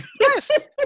Yes